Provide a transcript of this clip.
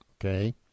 okay